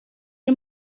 one